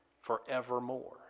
forevermore